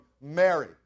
Mary